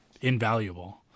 invaluable